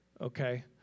okay